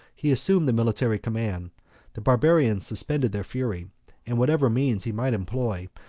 he assumed the military command the barbarians suspended their fury and whatever means he might employ,